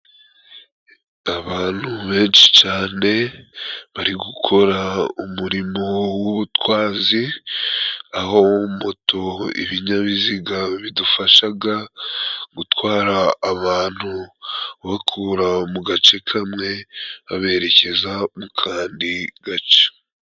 Abantu benshi cane bari gukora umurimo w'ubutwazi, aho moto, ibinyabiziga bidufashaga gutwara abantu babakura mu gace kamwe baberekeza mu kandi gace.